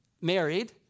married